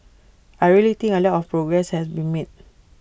I really think A lot of progress has been made